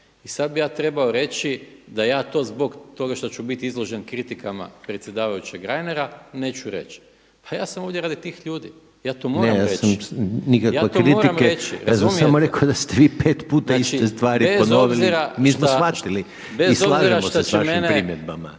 I sad bih ja trebao reći da ja to zbog toga što ću bit izložen kritikama predsjedavajućeg Reinera neću reći. Pa ja sam ovdje radi tih ljudi. Ja to moram reći. …/Upadica Reiner: Ne ja nisam nikakve kritike.